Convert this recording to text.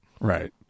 Right